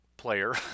player